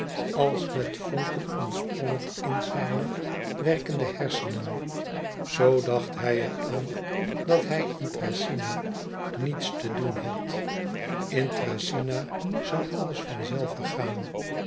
als met vonken ontsprong het in zijne werkende hersenen zoo dacht hij er aan dat hij in thracyna niets te doen had in thracyna zoû alles van zelve gaan